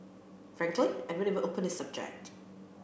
frankly I don't even open the subject